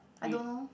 I don't know